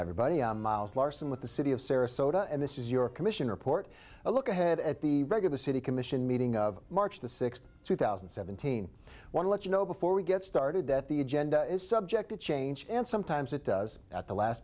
everybody i'm miles larson with the city of sarasota and this is your commission report a look ahead at the regular city commission meeting of march the sixth two thousand and seventeen one let you know before we get started that the agenda is subject to change and sometimes it does at the last